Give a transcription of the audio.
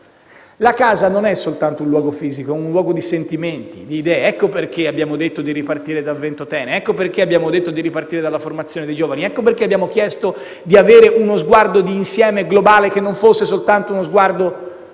La casa non è soltanto un luogo fisico, ma un luogo di sentimenti e di idee. Ecco perché abbiamo detto di ripartire da Ventotene e dalla formazione dei giovani ed ecco perché abbiamo chiesto di avere uno sguardo d'insieme globale che non fosse soltanto uno sguardo